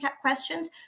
questions